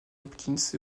hopkins